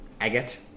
agate